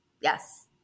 Yes